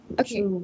Okay